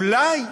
אולי,